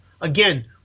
Again